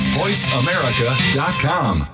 voiceamerica.com